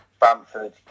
Bamford